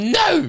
no